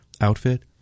outfit